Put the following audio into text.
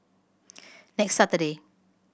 next Saturday